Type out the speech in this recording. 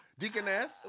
Deaconess